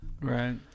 Right